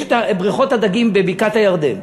יש בריכות הדגים בבקעת-הירדן,